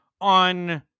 on